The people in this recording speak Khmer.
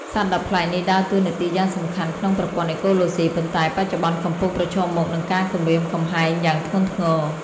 សត្វដ៏ប្លែកនេះដើរតួនាទីយ៉ាងសំខាន់ក្នុងប្រព័ន្ធអេកូឡូស៊ី ប៉ុន្តែបច្ចុប្បន្នកំពុងប្រឈមមុខនឹងការគំរាមកំហែងយ៉ាងធ្ងន់ធ្ងរ។